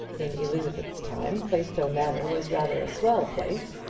in elizabeth's time plaistow manor was rather a swell place,